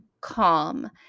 calm